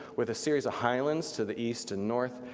with a series of highlands to the east and north,